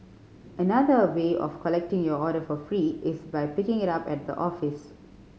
another way of collecting your order for free is by picking it up at the office